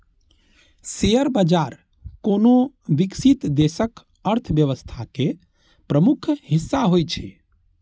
share बाजार कोनो विकसित देशक अर्थव्यवस्था के प्रमुख हिस्सा होइ छै